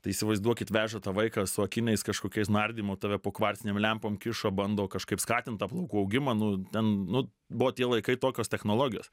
tai įsivaizduokit veža tą vaiką su akiniais kažkokiais nardymo tave po kvarcinėm lempom kišo bando kažkaip skatint tą plaukų augimą nu ten nu buvo tie laikai tokios technologijos